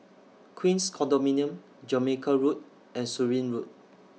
Queens Condominium Jamaica Road and Surin Road